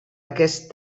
aquest